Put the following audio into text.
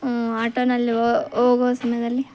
ಆಟೊದಲ್ಲಿ ಓಗೊ ಸಮ್ಯದಲ್ಲಿ